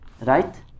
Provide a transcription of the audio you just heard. Right